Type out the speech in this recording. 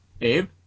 Abe